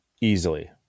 easily